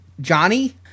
Johnny